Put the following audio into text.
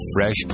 fresh